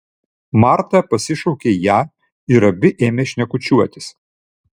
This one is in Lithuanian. marta pasišaukė ją ir abi ėmė šnekučiuotis